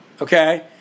Okay